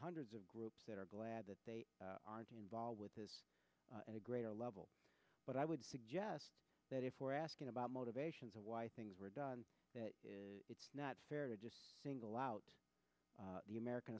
hundreds of groups that are glad that they aren't involved with this and a greater level but i would suggest that if we're asking about motivations of why things were done that it's not fair to single out the american